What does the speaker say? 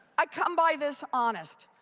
i come by this honest.